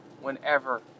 whenever